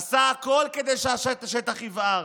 עשה הכול כדי שהשטח יבער.